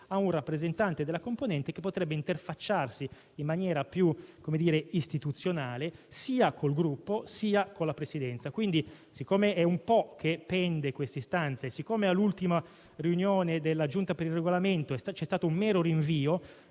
a un rappresentante della componente che si sarebbe potuto interfacciare in maniera più istituzionale sia con il Gruppo, sia con la Presidenza. Pertanto, siccome da un po' di tempo pende questa istanza e siccome nell'ultima riunione della Giunta per il Regolamento c'è stato un mero rinvio,